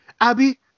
Abby